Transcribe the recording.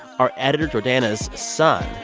our editor jordana's son,